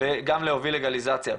וגם להוביל ללגליזציה.